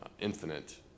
infinite